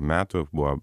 metų buvo